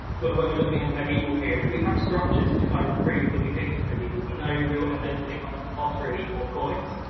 but when we're looking at a medieval period, we have structures to kind of prove that we think is medieval but no real evidence when it comes to pottery or coins.